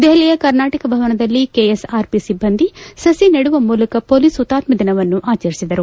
ದೆಹಲಿಯ ಕರ್ನಾಟಕ ಭವನದಲ್ಲಿ ಕೆಎಸ್ಆರ್ಪಿ ಸಿಬ್ಲಂದಿ ಸಸಿ ನೆಡುವ ಮೂಲಕ ಪೊಲೀಸ್ ಹುತಾತ್ನ ದಿನವನ್ನು ಆಚರಿಸಿದರು